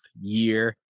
year